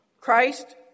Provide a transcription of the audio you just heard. Christ